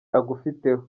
agufiteho